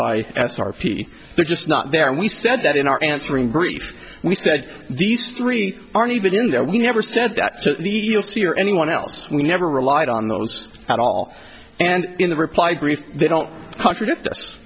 p they're just not there and we said that in our answering brief we said these three aren't even there we never said that to the e e o c or anyone else we never relied on those at all and in the reply brief they don't contradict jus